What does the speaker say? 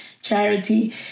charity